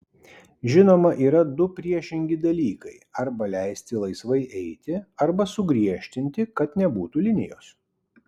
žinoma yra du priešingi dalykai arba leisti laisvai eiti arba sugriežtinti kad nebūtų linijos